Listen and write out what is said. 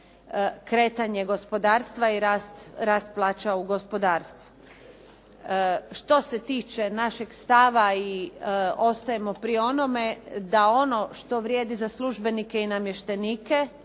kretanje gospodarstva i rast plaća u gospodarstvu. Što se tiče našeg stava i ostajemo pri onome da ono što vrijedi za službenike i namještenike,